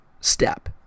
step